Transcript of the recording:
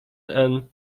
and